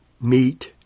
Meet